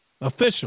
official